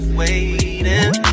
waiting